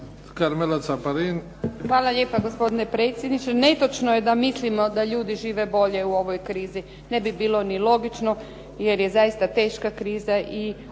Hvala lijepa gospodine predsjedniče. Netočno je da mislimo da ljudi žive bolje u ovoj krizi. Ne bi bilo ni logično jer je zaista teška kriza i